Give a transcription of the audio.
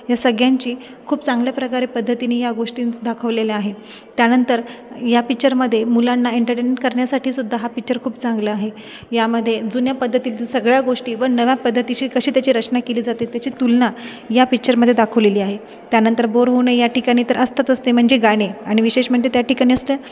या सगळ्यांची खूप चांगल्या प्रकारे पद्धतीने या गोष्टी दाखवलेल्या आहेत त्यानंतर या पिक्चरमध्ये मुलांना एंटरटेनमेंट करण्यासाठी सुद्धा हा पिक्चर खूप चांगला आहे यामध्ये जुन्या पध्दतीतील सगळ्या गोष्टी व नव्या पद्धतीशी कशी त्याची रचना केली जाते त्याची तुलना या पिक्चरमध्ये दाखवलेली आहे त्यानंतर बोर होऊ नये या ठिकाणी तर असतातच ते म्हणजे गाणे आणि विशेष म्हणजे त्या ठिकाणी असते